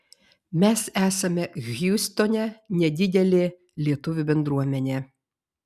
mes esame hjustone nedidelė lietuvių bendruomenė